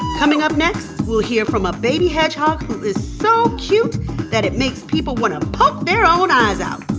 coming up next, we'll hear from a baby hedgehog who is so cute that it makes people want to poke their own eyes out.